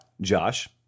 Josh